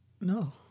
No